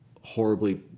horribly